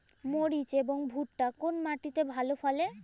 মরিচ এবং ভুট্টা কোন মাটি তে ভালো ফলে?